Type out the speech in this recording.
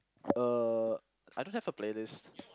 uh I don't have a playlist